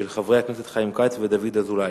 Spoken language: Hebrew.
של חברי הכנסת חיים כץ ודוד אזולאי.